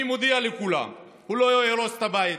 אני מודיע לכולם: הוא לא יהרוס את הבית.